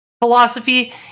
philosophy